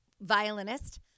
violinist